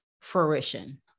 fruition